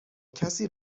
کسی